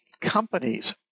companies